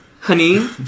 Honey